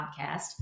podcast